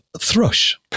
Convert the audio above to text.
Thrush